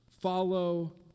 follow